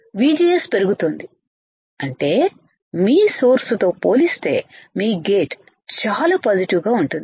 VGS పెరుగుతోంది అంటే మీ సోర్స్ తో పోలిస్తే మీ గేట్ చాలా పాజిటివ్ గాఉంటుంది